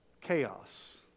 Chaos